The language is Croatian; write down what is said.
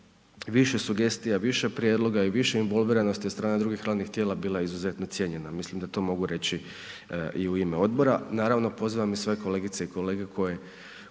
više sugestija, više prijedloga i više involviranosti od strane drugih radnih tijela bila izuzetno cijenjena, mislim da to mogu reći i u ime odbora, naravno pozivam i sve kolegice i kolege koje,